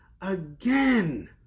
again